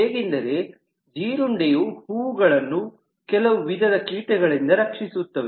ಹೇಗೆಂದರೆ ಜೀರುಂಡೆಯು ಹೂವುಗಳನ್ನು ಕೆಲವು ವಿಧದ ಕೀಟಗಳಿಂದ ರಕ್ಷಿಸುತ್ತವೆ